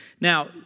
Now